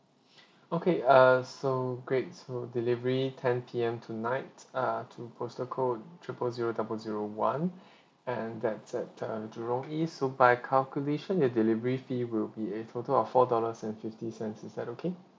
okay uh so great for delivery ten P_M tonight uh to postal code triple zero double zero one and that's at uh jurong east so by calculation your delivery fee will be a total of four dollars and fifty cents is that okay